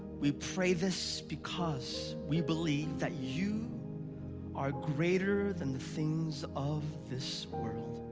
we pray this because we believe that you are greater than the things of this world.